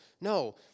no